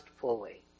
fully